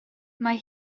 mae